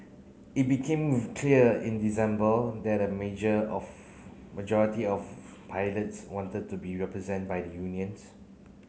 it became clear in December that a major of majority of pilots wanted to be represent by the unions